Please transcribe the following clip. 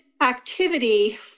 activity